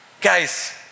Guys